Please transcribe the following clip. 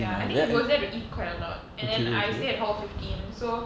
ya I think he goes there to eat quite a lot and then I stay at hall fifteen so